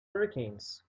hurricanes